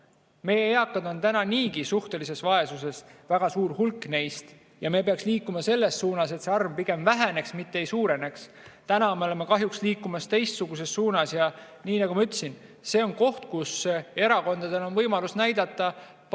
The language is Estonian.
Meie eakad on täna niigi suhtelises vaesuses, väga suur hulk neist, ja me peaks liikuma selles suunas, et see arv väheneks, mitte ei suureneks. Täna me oleme kahjuks liikumas teistsuguses suunas. Nii nagu ma ütlesin, see on koht, kus erakondadel on võimalus näidata parteideülest